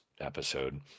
episode